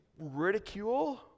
ridicule